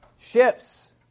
ships